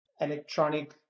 electronic